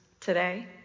today